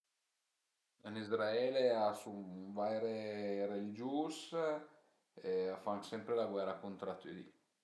Ën Israele a sun vaire religius e a fan sempre la guera cuntra tüi